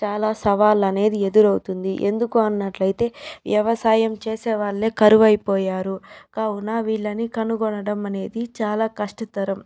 చాలా సవాళ్ళనేది ఎదురవుతుంది ఎందుకు అన్నట్లయితే వ్యవసాయం చేసే వాళ్ళే కరువైపోయారు కావున వీళ్ళని కనుగోవడం అనేది చాలా కష్టతరం